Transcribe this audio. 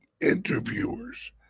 interviewers